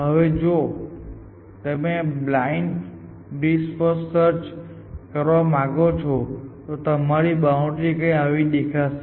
હવે જો તમે બ્લાઇન્ડ બ્રીથ ફર્સ્ટ સર્ચ કરવા માંગો તો તમારી બાઉન્ડ્રી કઈંક આવી દેખાશે